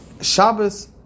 Shabbos